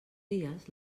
dies